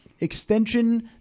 extension